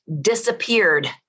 disappeared